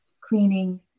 cleaning